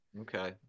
Okay